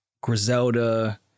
Griselda